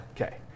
Okay